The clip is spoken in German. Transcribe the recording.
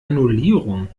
annullierung